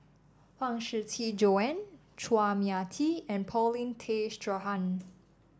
Huang Shiqi Joan Chua Mia Tee and Paulin Tay Straughan